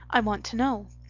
i want to know.